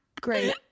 great